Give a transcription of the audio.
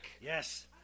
Yes